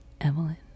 Evelyn